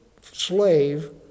slave